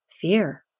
fear